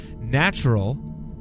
Natural